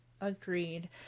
Agreed